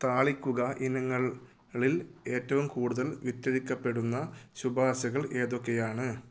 താളിക്കുക ഇനങ്ങളിൽ ഏറ്റവും കൂടുതൽ വിറ്റഴിക്കപ്പെടുന്ന ശുപാർശകൾ ഏതൊക്കെയാണ്